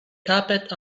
carpet